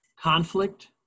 conflict